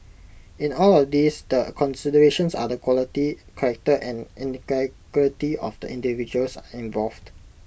in all of these the considerations are the quality character and of the individuals involved